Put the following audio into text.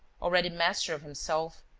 already master of himself,